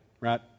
right